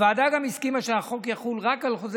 הוועדה גם הסכימה שהחוק יחול רק על חוזה